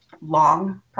long